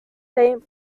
saint